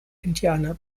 indianer